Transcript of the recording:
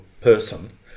person